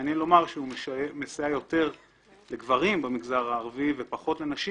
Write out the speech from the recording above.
מעניין לומר שהוא מסייע יותר לגברים במגזר הערבי ופחות לנשים.